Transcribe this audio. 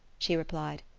she replied.